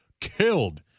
killed